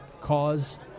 cause